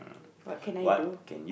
what can I do